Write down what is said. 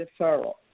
deferral